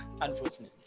Unfortunately